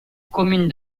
commune